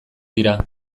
dira